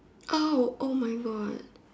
!ow! oh my God